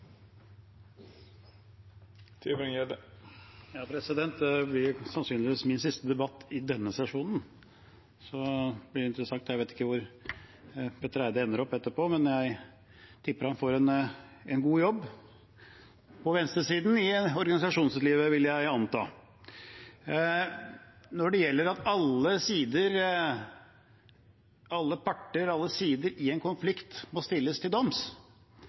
sannsynligvis min siste debatt i denne sesjonen. Det blir interessant – jeg vet ikke hvor Petter Eide ender opp etterpå, men jeg tipper han får en god jobb på venstresiden i organisasjonslivet. Når det gjelder at alle parter, alle sider, i en konflikt må stilles til doms,